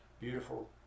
beautiful